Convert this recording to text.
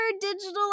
digital